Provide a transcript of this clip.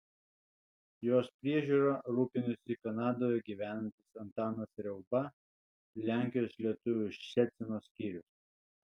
jos priežiūra rūpinosi kanadoje gyvenantis antanas riauba lenkijos lietuvių ščecino skyrius